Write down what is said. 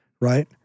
Right